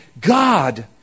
God